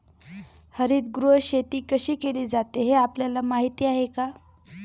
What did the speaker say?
हरितगृह शेती कशी केली जाते हे आपल्याला माहीत आहे का?